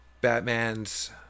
Batman's